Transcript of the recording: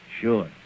Sure